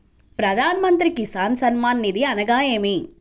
ప్రధాన మంత్రి కిసాన్ సన్మాన్ నిధి అనగా ఏమి?